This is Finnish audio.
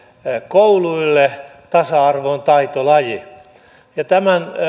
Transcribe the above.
kouluille tasa arvo on taitolaji tämän